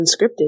Unscripted